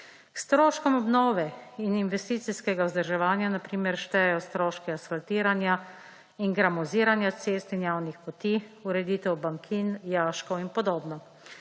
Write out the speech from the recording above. Stroškom obnove in investicijskega vzdrževanja na primer štejejo stroške asfaltiranja in gramoziranja cest in javnih poti, ureditev bankin, jaškov in podobno.